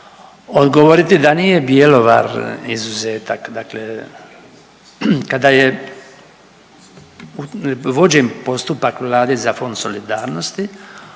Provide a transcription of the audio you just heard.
odgovoriti da nije Bjelovar izuzetak, dakle, kada je u, vođen postupak Vlade za Fond solidarnosti,